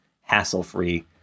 hassle-free